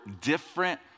different